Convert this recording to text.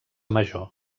major